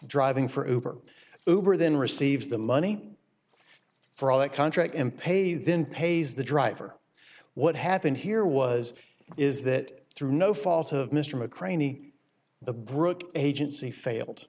driving for over hoover then receives the money for that contract in pay then pays the driver what happened here was is that through no fault of mr mccray any the brooke agency failed